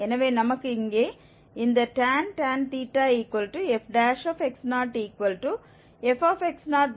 எனவே நமக்கு இங்கே இந்த tan fx0fx0 x1 உள்ளது